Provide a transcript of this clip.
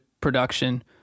production